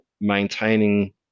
maintaining